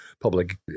public